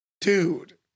Dude